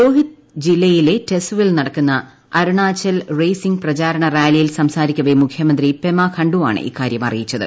ലോഹിത് ജില്ലയിലെ ടെസ്സുവിൽ നടക്കുന്ന അരുണാചൽ റെയ്സിംഗ് പ്രചാരണ റാലിയിൽ സംസാരിക്കവെ മുഖ്യമന്ത്രി പെമ ഖണ്ഡുവാണ് ഇക്കാര്യം അറിയിച്ചത്